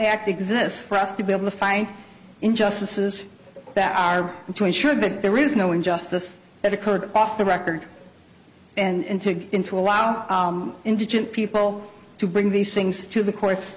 act exists for us to be able to find injustices that are to ensure that there is no injustice that occurred off the record and to in to allow indigent people to bring these things to the cour